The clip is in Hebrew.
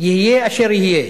יהיה אשר יהיה.